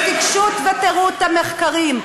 תיגשו ותראו את המחקרים,